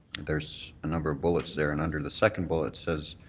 there's a number of bullets there and under the second bullet says